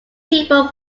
people